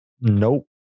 Nope